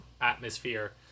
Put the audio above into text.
atmosphere